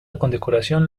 condecoración